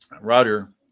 Roger